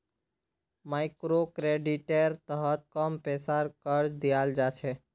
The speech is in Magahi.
मइक्रोक्रेडिटेर तहत कम पैसार कर्ज दियाल जा छे